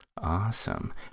Awesome